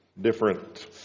different